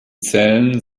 zellen